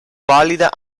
valida